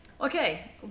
Okay